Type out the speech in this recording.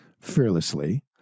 fearlessly